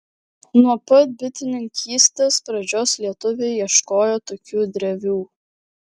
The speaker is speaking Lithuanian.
nuo pat bitininkystės pradžios lietuviai ieškojo tokių drevių